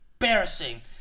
embarrassing